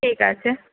ঠিক আছে